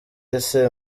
ese